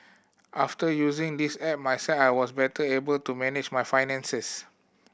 after using this app myself I was better able to manage my finances